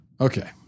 Okay